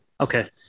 Okay